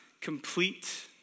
complete